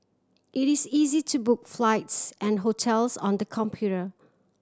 it is easy to book flights and hotels on the computer